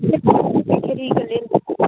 ठीक छै राखय छी तहन